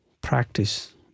practice